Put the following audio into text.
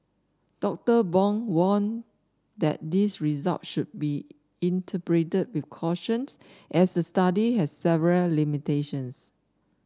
Doctor Bong warned that these result should be interpreted with cautions as the study has several limitations